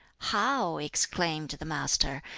how, exclaimed the master,